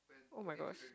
oh-my-god